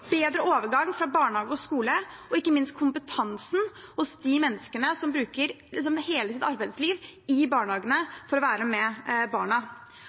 bedre overgang fra barnehage til skole og ikke minst kompetansen hos de menneskene som har hele sitt arbeidsliv i barnehagene for å være sammen med barna.